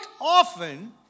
often